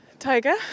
Tiger